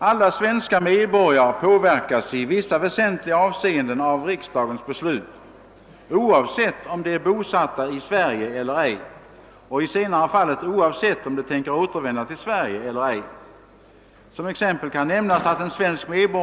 Alla svenska medborgare påverkas i vissa väsentliga avseenden av riksdagens beslut, oavsett om de är bosatta i Sverige eller ej och i det senare fallet, oavsett om de tänker återvända till Sve terna att vidga den krets av utlandssvenskar, som kunde deltaga i val till riksdagen; och 2) ej är mantalsskriven i riket men någon gång varit här kyrkobokförd. ' rige eller ej.